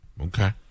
Okay